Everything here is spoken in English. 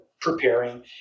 preparing